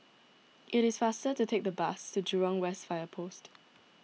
it is faster to take the bus to Jurong West Fire Post